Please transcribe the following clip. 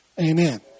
amen